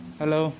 hello